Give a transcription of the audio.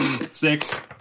Six